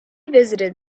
visited